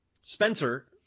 Spencer